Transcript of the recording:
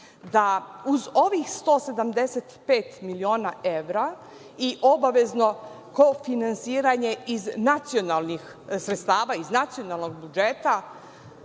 da uz ovih 175 miliona evra i obavezno kofinansiranje iz nacionalnih sredstava, iz nacionalnog budžeta,